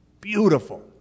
Beautiful